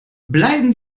bleiben